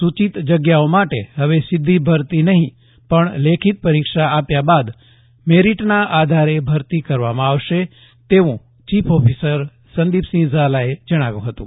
સુચીત જગ્યાઓ માટે હવે સીધી ભરતી નહી પણ લેખીત પરીક્ષા આપ્યા બાદ મેરીટના આધારે ભરતી કરવામાં આવશે તેવું ચીફ ઓફીસર સંદીપસિંહ ઝાલાએ જણાવ્યું હતુ